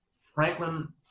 Franklin